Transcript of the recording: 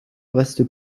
reste